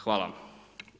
Hvala.